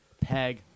peg